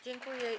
Dziękuję.